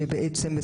שבעצם,